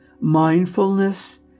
mindfulness